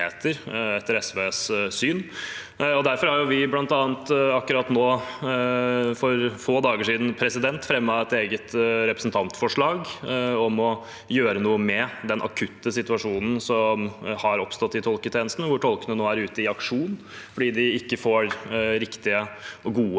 akkurat nå – for få dager siden – fremmet et eget representantforslag om å gjøre noe med den akutte situasjonen som har oppstått i tolketjenesten. Tolkene er nå ute og aksjonerer fordi de ikke får riktige og gode